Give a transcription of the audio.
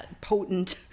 potent